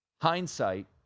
Hindsight